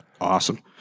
awesome